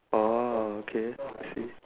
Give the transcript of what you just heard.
oh okay I see